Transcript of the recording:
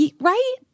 right